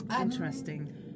Interesting